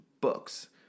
books